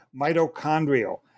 mitochondrial